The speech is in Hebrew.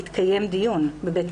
אז יתקיים דיון בבית משפט.